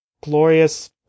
glorious